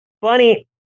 Funny